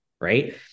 right